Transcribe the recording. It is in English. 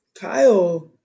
Kyle